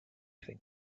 think